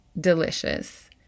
delicious